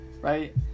right